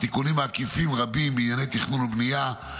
ותיקונים עקיפים רבים בענייני תכנון ובנייה,